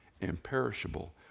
imperishable